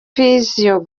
fission